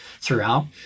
throughout